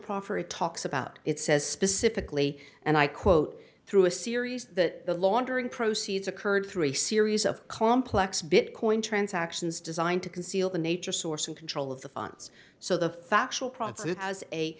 proffer it talks about it says specifically and i quote through a series that the laundering proceeds occurred through a series of complex bitcoin transactions designed to conceal the nature source and control of the funds so the factual process it has a